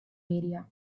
media